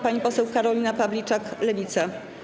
Pani poseł Karolina Pawliczak, Lewica.